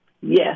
Yes